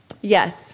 Yes